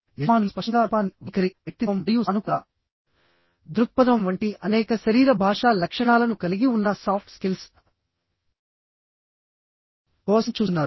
యజమానులు స్పష్టంగా రూపాన్ని వైఖరి వ్యక్తిత్వం మరియు సానుకూల దృక్పథం వంటి అనేక శరీర భాషా లక్షణాలను కలిగి ఉన్న సాఫ్ట్ స్కిల్స్ కోసం చూస్తున్నారు